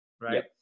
right